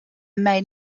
main